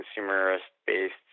consumerist-based